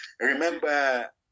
Remember